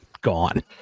gone